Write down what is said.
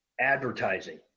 advertising